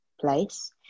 place